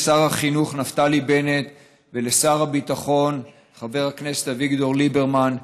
לשר החינוך נפתלי בנט ולשר הביטחון חבר הכנסת אביגדור ליברמן,